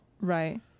Right